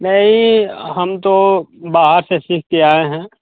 नहीं हम तो बाहर से सीख के आए हैं